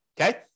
okay